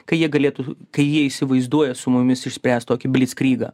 kai jie galėtų kai jie įsivaizduoja su mumis išspręst tokį blickrygą